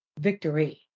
victory